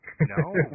No